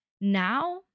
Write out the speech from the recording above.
now